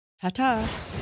ta-ta